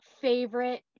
favorite